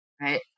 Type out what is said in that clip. right